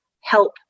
help